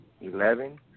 eleven